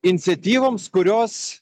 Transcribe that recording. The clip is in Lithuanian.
iniciatyvoms kurios